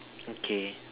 okay